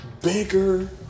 Bigger